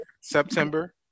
September